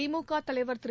திமுக தலைவர் திரு